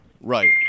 Right